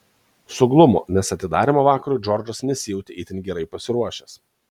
suglumo nes atidarymo vakarui džordžas nesijautė itin gerai pasiruošęs